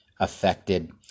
affected